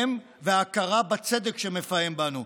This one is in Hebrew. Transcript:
הם וההכרה בצדק שמפעם בנו,